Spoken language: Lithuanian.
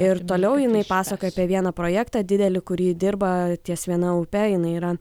ir toliau jinai pasakoja apie vieną projektą didelį kur ji dirba ties viena upe jinai yra